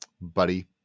buddy